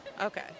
Okay